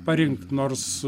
parinkt nors